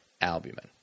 albumin